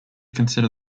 consider